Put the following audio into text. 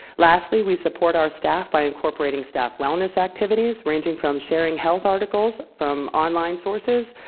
lastly, we support our staff by incorporating staff wellness activities ranging from sharing health articles from online sources,